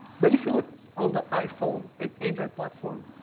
but if you look on the iphone and adroid platform,